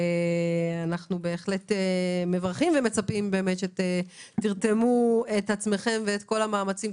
אנחנו בהחלט מברכים ומצפים שתרתמו את עצמכם ואת כל המאמצים.